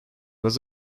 was